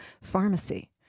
pharmacy